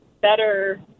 better